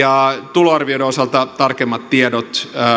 tuloarvioiden osalta tarkempia tietoja